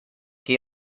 qui